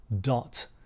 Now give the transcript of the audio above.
dot